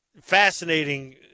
fascinating